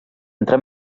entre